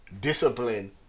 Discipline